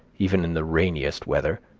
even in the rainiest weather.